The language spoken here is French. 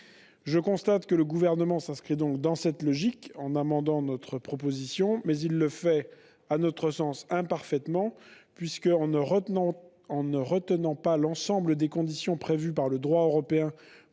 Je constate que le Gouvernement s'inscrit dans cette logique en amendant notre proposition, mais il le fait, à notre sens, imparfaitement puisqu'il ne retient pas l'ensemble des conditions prévues par le droit européen